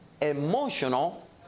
emotional